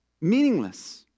Meaningless